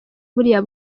buriya